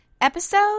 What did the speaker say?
Episode